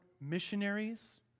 missionaries